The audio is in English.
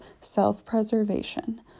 self-preservation